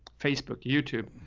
facebook, youtube.